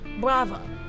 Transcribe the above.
bravo